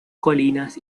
colinas